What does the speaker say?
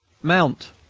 mount.